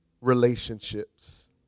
relationships